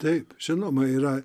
taip žinoma yra